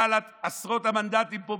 בעלת עשרות המנדטים פה,